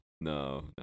no